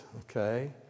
okay